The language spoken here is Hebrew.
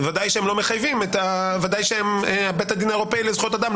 בוודאי שבית הדין האירופאי לזכויות אדם,